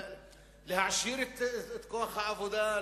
להעשיר את כוח העבודה,